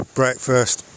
breakfast